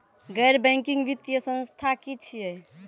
गैर बैंकिंग वित्तीय संस्था की छियै?